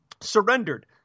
surrendered